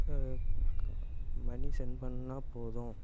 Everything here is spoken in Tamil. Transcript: க மணி செண்ட் பண்ணால் போதும்